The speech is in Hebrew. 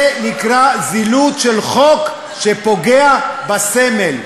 זה נקרא זילות של חוק שפוגע בסמל.